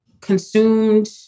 consumed